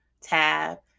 tab